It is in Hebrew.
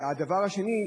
הדבר השני,